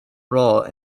role